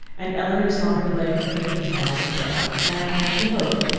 and elinor saw her lay her aching head on the pillow, and as she hoped,